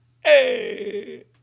Hey